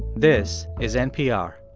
this is npr